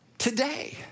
Today